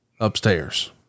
upstairs